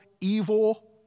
evil